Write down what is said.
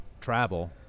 travel